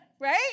right